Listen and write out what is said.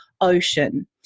ocean